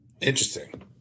Interesting